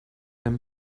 him